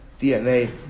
DNA